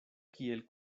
kiel